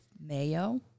mayo